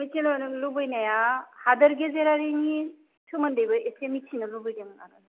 मिथिनो लुबैनाया हादोर गेजेरारिनि सोमोन्दैबो एसे मिथिनो लुबैदों आरो